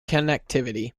connectivity